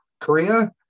Korea